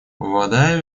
вода